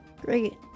Great